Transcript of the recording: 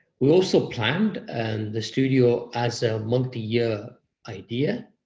we also planned and the studio as a multi-year idea